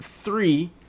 three